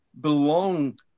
belong